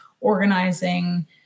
organizing